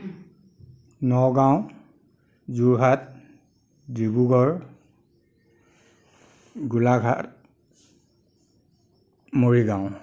Nagaon Jorhat Dibrugarh Golaghat Morigaon